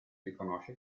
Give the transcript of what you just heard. riconosce